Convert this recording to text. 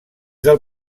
del